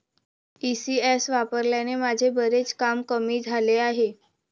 ECS वापरल्याने माझे बरेच काम कमी झाले आहे